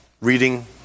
reading